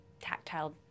tactile